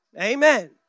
Amen